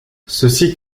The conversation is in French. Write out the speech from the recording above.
ceci